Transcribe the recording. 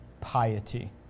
piety